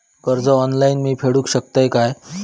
कर्ज ऑनलाइन मी फेडूक शकतय काय?